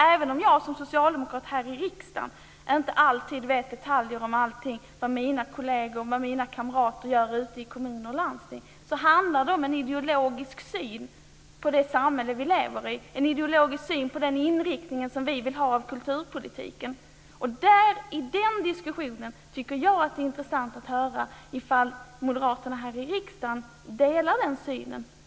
Även om jag som socialdemokrat här i riksdagen inte vet i detalj vad mina kamrater gör ute i kommuner och landsting har vi ändå en gemensam ideologisk syn på det samhälle som vi lever i och på den inriktning som vi vill ha i kulturpolitiken. Det vore intressant att få höra ifall moderaterna här i riksdagen delar denna syn.